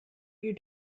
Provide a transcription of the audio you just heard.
you